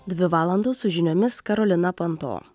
dvi valandos su žiniomis karolina panto